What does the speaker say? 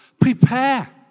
Prepare